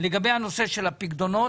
לגבי הנושא של הפיקדונות,